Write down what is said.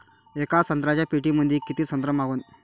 येका संत्र्याच्या पेटीमंदी किती संत्र मावन?